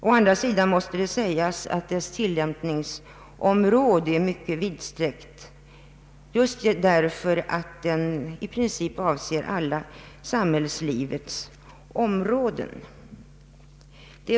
Å andra sidan är konventionens tilllämpningsområde mycket vidsträckt därigenom att den i princip avser alla samhällslivets områden.